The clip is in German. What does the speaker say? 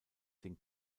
den